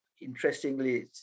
interestingly